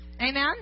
Amen